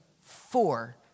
four